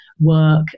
work